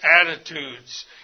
attitudes